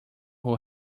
who